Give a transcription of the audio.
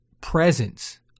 presence